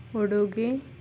ಉಡುಗೆ